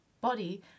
body